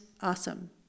awesome